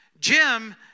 Jim